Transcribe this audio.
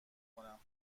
کنم